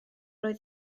oedd